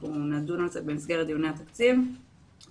אנחנו נדון על זה במסגרת דיוני התקציב ונוכל